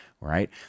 Right